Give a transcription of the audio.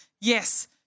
Yes